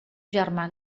germà